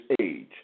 age